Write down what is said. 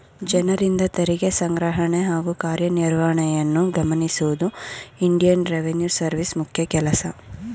ಜನರಿಂದ ತೆರಿಗೆ ಸಂಗ್ರಹಣೆ ಹಾಗೂ ಕಾರ್ಯನಿರ್ವಹಣೆಯನ್ನು ಗಮನಿಸುವುದು ಇಂಡಿಯನ್ ರೆವಿನ್ಯೂ ಸರ್ವಿಸ್ ಮುಖ್ಯ ಕೆಲಸ